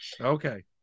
Okay